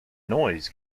noise